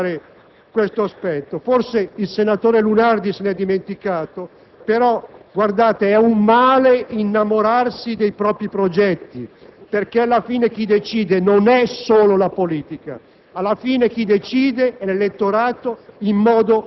di poco, ma l'ha premiata: è inutile non ricordare questo aspetto. Forse, il senatore Lunardi se ne è dimenticato, però è un male innamorarsi dei propri progetti perché, alla fine, chi decide non è solo la politica,